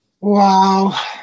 Wow